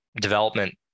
development